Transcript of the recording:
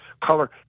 color